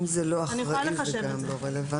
אם זה לא אחראי זה גם לא רלוונטי.